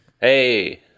Hey